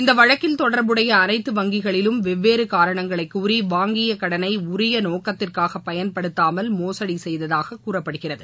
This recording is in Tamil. இந்த வழக்கில் தொடர்புடைய அளைத்து வங்கிகளிலும் வெவ்வேறு காரணங்களை கூறி வாங்கிய கடனை உரிய நோக்கத்திற்காக பயன்படுத்தாமல் மோசடி செய்ததாக கூறப்படுகிறது